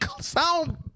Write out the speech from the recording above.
sound